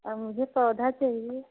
मुझे सोदा चाहिए